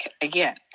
again